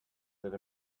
that